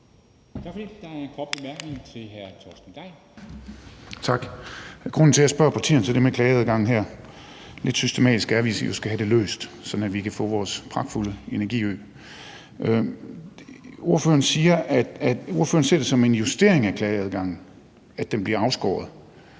Torsten Gejl. Kl. 11:27 Torsten Gejl (ALT): Tak. Grunden til, at jeg spørger partierne til det med klageadgangen her, er, at lidt systematiske er vi jo, hvis vi skal have det løst, sådan at vi kan få vores pragtfulde energiø. Ordføreren siger, at ordføreren ser det som en justering af klageadgangen, at den bliver afskåret,